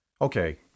Okay